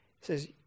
says